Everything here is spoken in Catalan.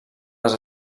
les